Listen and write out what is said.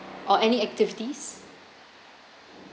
or any activities